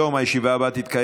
אז מי בעד?